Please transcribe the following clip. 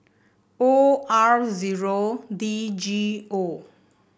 O R zero D G O